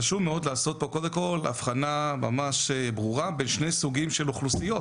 חשוב מאוד לעשות פה קודם כל אבחנה ממש ברורה בין שני סוגים של אוכלוסיות